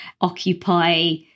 occupy